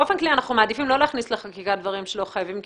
באופן כללי אנחנו מעדיפים לא להכניס לחקיקה דברים שלא חייבים.